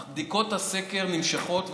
אך בדיקות הסקר נמשכות,